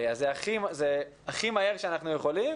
זה הכי מהר שאנחנו יכולים.